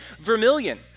vermilion